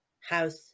house